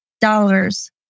dollars